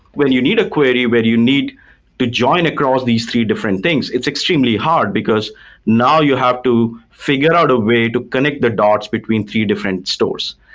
where you need a query, where you need to join across these three different things, it's extremely hard because now you have to figure out a way to connect the dots between three different stores.